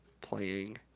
playing